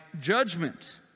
judgment